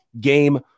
game